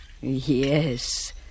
Yes